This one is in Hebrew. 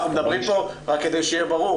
רק כדי שיהיה ברור,